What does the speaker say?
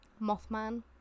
Mothman